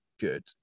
good